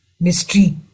mystery